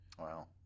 Wow